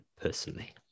personally